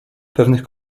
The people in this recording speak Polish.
pewnych